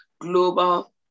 global